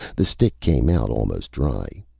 the stick came out almost dry.